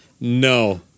no